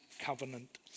Covenant